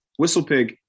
Whistlepig